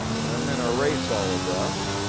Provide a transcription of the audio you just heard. then i'm gonna erase all of this.